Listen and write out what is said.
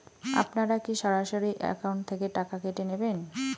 আপনারা কী সরাসরি একাউন্ট থেকে টাকা কেটে নেবেন?